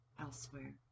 elsewhere